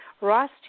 Ross